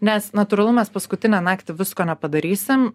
nes natūralu mes paskutinę naktį visko nepadarysim